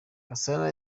gasana